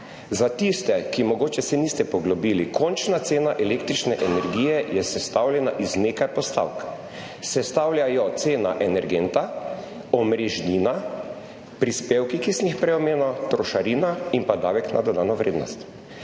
Za tiste, ki se mogoče niste poglobili, končna cena električne energije je sestavljena iz nekaj postavk. Sestavlja jo cena energenta, omrežnina, prispevki, ki sem jih prej omenil, trošarina in pa davek na dodano vrednost.